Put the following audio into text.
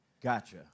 Gotcha